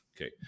Okay